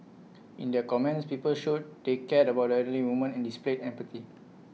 in their comments people showed they cared about elderly woman and displayed empathy